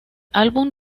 álbum